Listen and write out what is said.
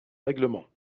règlement